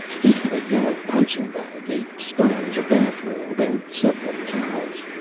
he had a yellow punching bag, a sponge, a bath-robe and several towels.